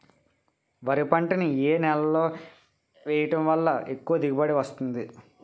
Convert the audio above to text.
వరి పంట ని ఏ నేలలో వేయటం వలన ఎక్కువ దిగుబడి వస్తుంది?